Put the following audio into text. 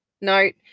note